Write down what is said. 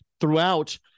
throughout